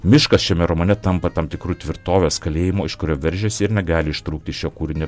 viskas šiame romane tampa tam tikru tvirtovės kalėjimo iš kurio veržiasi ir negali ištrūkti šio kūrinio